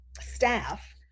staff